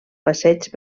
passeig